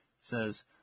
says